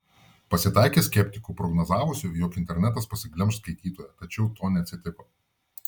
pasitaikė skeptikų prognozavusių jog internetas pasiglemš skaitytoją tačiau to neatsitiko